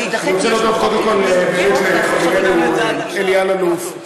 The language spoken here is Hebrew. אני רוצה קודם כול להודות לחברנו אלי אלאלוף,